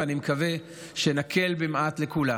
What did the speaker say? ואני מקווה שנקל במעט על כולם.